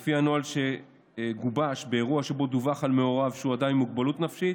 לפי הנוהל שגובש באירוע שבו דווח על מעורב שהוא אדם עם מוגבלות נפשית,